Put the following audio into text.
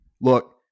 look